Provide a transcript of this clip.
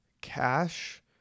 Cash